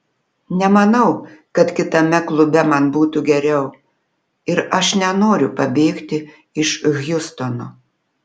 nemanau kad kitame klube man būtų geriau ir aš nenoriu pabėgti iš hjustono